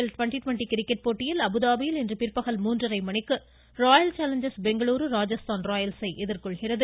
L twenty twenty cricket போட்டியில் அபுதாபியில் இன்று பிற்பகல் மூன்றரை மணிக்கு ராயல் சேலஞ்சா்ஸ் பெங்களுரு ராஜஸ்தான் ராயல்ஸை எதிர்கொள்கிறது